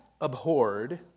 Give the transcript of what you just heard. abhorred